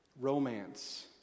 romance